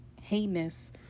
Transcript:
heinous